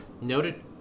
Noted